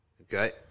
okay